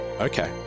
Okay